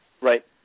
right